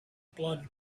blood